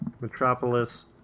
Metropolis